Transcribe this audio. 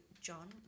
John